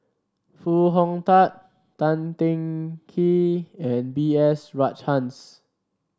Foo Hong Tatt Tan Teng Kee and B S Rajhans